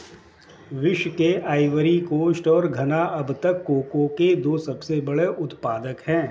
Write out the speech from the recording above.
विश्व में Ivory Coast और घना अब तक कोको के दो सबसे बड़े उत्पादक है